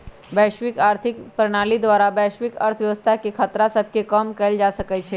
वैश्विक आर्थिक प्रणाली द्वारा वैश्विक अर्थव्यवस्था के खतरा सभके कम कएल जा सकइ छइ